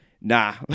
nah